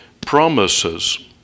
promises